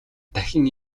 дахин